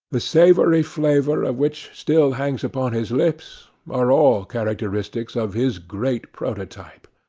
the savoury flavour of which still hangs upon his lips, are all characteristics of his great prototype.